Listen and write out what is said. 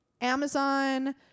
Amazon